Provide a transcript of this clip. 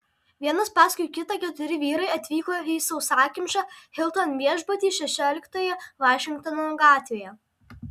vienas paskui kitą keturi vyrai atvyko į sausakimšą hilton viešbutį šešioliktoje vašingtono gatvėje